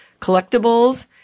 collectibles